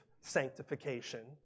sanctification